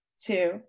two